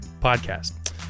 Podcast